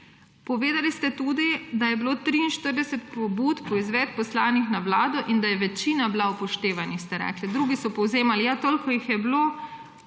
Povedali ste tudi, da je bilo 43 pobud, poizvedb poslanih na Vlado. In da je bila večina upoštevanih, ste rekli. Drugi so povzemali, ja toliko jih je bilo,